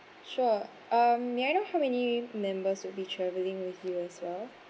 sure uh may I know how many members will be travelling with you as well